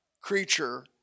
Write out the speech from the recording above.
creature